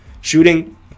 Shooting